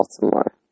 Baltimore